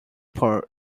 for